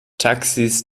taxis